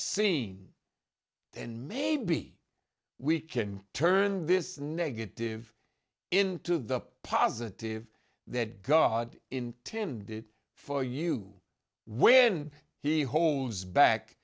seen then maybe we can turn this negative into the positive that god intended for you when he holds back